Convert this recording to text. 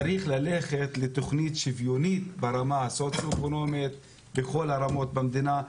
צריך ללכת לתוכנית שוויונית ברמה הסוציואקונומית בכל הרמות במדינה.